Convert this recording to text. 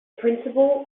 principle